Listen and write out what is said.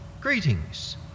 greetings